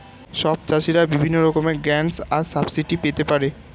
সব চাষীরা বিভিন্ন রকমের গ্র্যান্টস আর সাবসিডি পেতে পারে